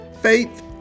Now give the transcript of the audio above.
faith